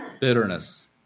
Bitterness